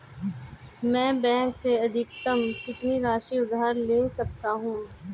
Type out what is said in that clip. मैं बैंक से अधिकतम कितनी राशि उधार ले सकता हूँ?